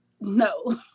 No